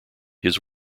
his